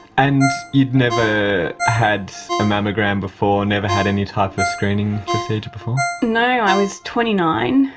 and you'd never had a mammogram before, never had any type of screening procedure before? no, i was twenty nine.